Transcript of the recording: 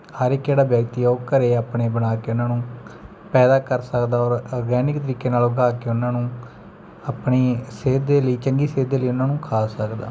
ਹਰੇਕ ਜਿਹੜਾ ਵਿਅਕਤੀ ਉਹ ਘਰ ਆਪਣੇ ਬਣਾ ਕੇ ਉਹਨਾਂ ਨੂੰ ਪੈਦਾ ਕਰ ਸਕਦਾ ਔਰ ਔਰਗੈਨਿਕ ਤਰੀਕੇ ਨਾਲ ਉਗਾ ਕੇ ਉਹਨਾਂ ਨੂੰ ਆਪਣੀ ਸਿਹਤ ਦੇ ਲਈ ਚੰਗੀ ਸਿਹਤ ਦੇ ਲਈ ਉਹਨਾਂ ਨੂੰ ਖਾ ਸਕਦਾ